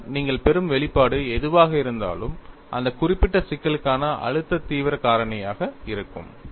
பின்னர் நீங்கள் பெறும் வெளிப்பாடு எதுவாக இருந்தாலும் அந்த குறிப்பிட்ட சிக்கலுக்கான அழுத்த தீவிர காரணியாக இருக்கும்